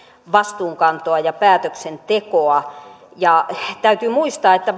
vastuunkantoa ja päätöksentekoa täytyy muistaa että